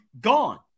gone